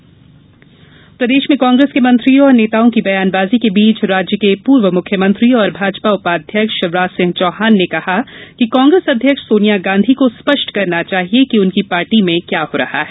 कांग्रेस प्रदेश में कांग्रेस के मंत्रियों और नेताओं की बयानबाजी के बीच राज्य के पूर्व मुख्यमंत्री और भाजपा उपाध्यक्ष शिवराज सिंह चौहान ने आज कहा कि कांग्रेस अध्यक्ष सोनिया गांधी को स्पष्ट करना चाहिए कि उनकी पार्टी में क्या हो रहा है